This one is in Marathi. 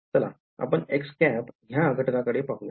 चला आपण ह्या घटका कडे पाहुयात